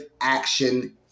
action